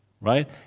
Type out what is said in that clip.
right